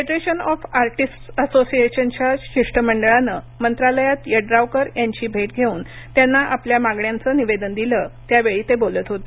federation of artists असोसिएशनच्या शिष्टमंडळानं मंत्रालयात यड्रावकर यांची भेट घेऊन त्यांना आपल्या मागण्यांचं निवेदन दिलं त्यावेळी ते बोलत होते